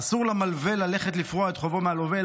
אסור למלווה ללכת לפרוע את חובו מהלווה,